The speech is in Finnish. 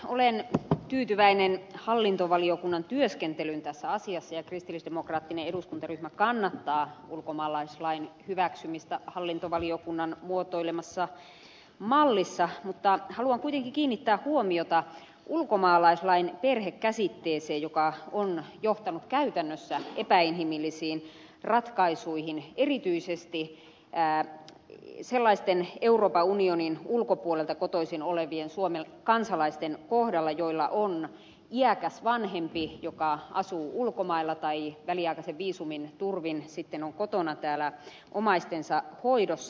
olen tyytyväinen hallintovaliokunnan työskentelyyn tässä asiassa ja kristillisdemokraattinen eduskuntaryhmä kannattaa ulkomaalaislain hyväksymistä hallintovaliokunnan muotoilemassa mallissa mutta haluan kuitenkin kiinnittää huomiota ulkomaalaislain perhekäsitteeseen joka on johtanut käytännössä epäinhimillisiin ratkaisuihin erityisesti sellaisten euroopan unionin ulkopuolelta kotoisin olevien suomen kansalaisten kohdalla joilla on iäkäs vanhempi joka asuu ulkomailla tai väliaikaisen viisumin turvin sitten on kotona täällä omaistensa hoidossa